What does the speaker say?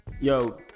Yo